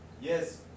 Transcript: Yes